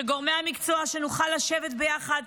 שנוכל לשבת ביחד,